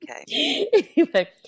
Okay